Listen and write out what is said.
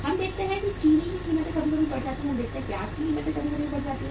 हम देखते हैं कि चीनी की कीमतें कभी कभी बढ़ जाती हैं हम देखते हैं कि प्याज की कीमत बढ़ जाती है